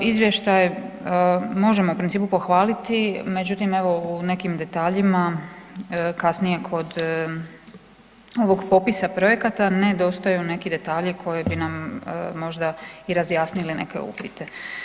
Izvještaj možemo u principu pohvaliti, međutim evo u nekim detaljima kasnije kod ovog popisa projekata nedostaju neki detalji koje bi nam možda i razjasnile neke upite.